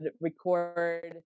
record